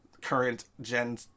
current-gen